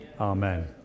Amen